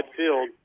midfield